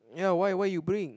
ya why why you bring